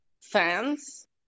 fans